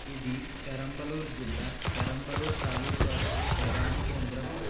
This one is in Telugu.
ఇది పెరంబలూర్ జిల్లా పెరంబలూర్ తాలూకాకు ప్రధాన కేంద్రం